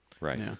Right